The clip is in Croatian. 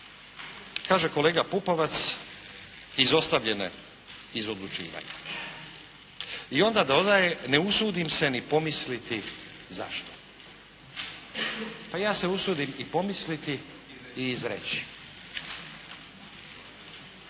kaže kolega Pupovac, izostavljene iz odlučivanja. I onda dodaje, ne usudim se ni pomisliti zašto. Pa, ja se usudim i pomisliti i izreći.